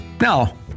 Now